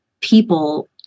people